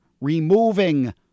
removing